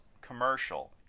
commercial